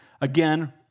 again